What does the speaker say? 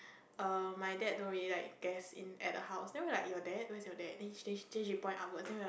err my dad don't really like guest in at the house then we like your dad where's your dad then she then she then she point upwards then we were like